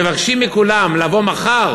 מבקשים מכולם לבוא מחר